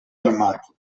armat